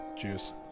Juice